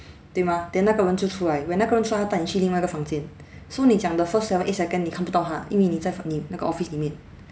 对吗 then 那个人就出来 when 那个人出来他带你去另外一个房间 so 你讲 the first seven eight second 你看不到他因为你在房你那个 office 里面